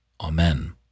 Amen